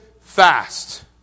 fast